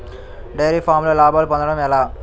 Dairy ఫామ్లో లాభాలు పొందడం ఎలా?